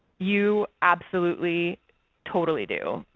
you absolutely totally do.